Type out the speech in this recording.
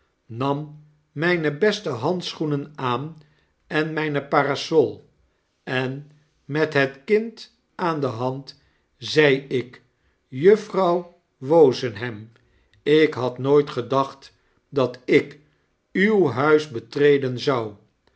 nam myne beste handschoenen aan en myne parasol en met het kind aan de hand zei ik juffrouw wozenham ik had nooit gedacht dat ik uw huis betreden zou